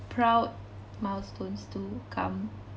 proud milestones to come